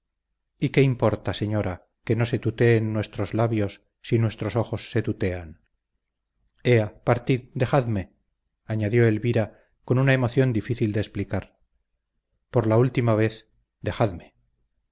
y qué importa señora que no se tuteen nuestros labios si nuestros ojos se tutean ea partid dejadme añadió elvira con una emoción difícil de explicar por la última vez dejadme